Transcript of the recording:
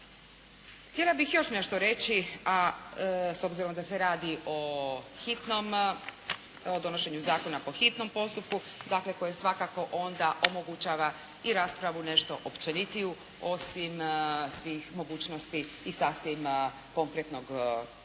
Htjela bih još nešto reći a s obzirom da se radi o hitnom, o donošenju Zakona po hitnom postupku, dakle, koje svakako onda omogućava i raspravu nešto općenitiju osim svih mogućnosti i sasvim konkretnog osvrta